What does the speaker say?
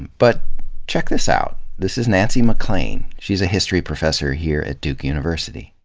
but check this out, this is nancy maclean. she's a history professor here at duke university.